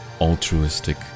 altruistic